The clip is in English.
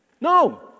No